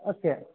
okay